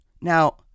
Now